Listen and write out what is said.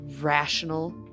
rational